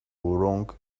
wrong